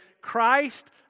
Christ